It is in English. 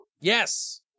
Yes